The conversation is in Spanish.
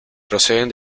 proceden